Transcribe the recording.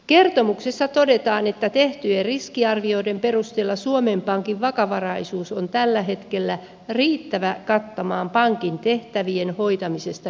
kertomuksessa todetaan että tehtyjen riskiarvioiden perusteella suomen pankin vakavaraisuus on tällä hetkellä riittävä kattamaan pankin tehtävien hoitamisesta johtuvat riskit